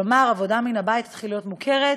כלומר, עבודה מהבית תתחיל להיות מוכרת,